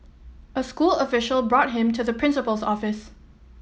a school official brought him to the principal's office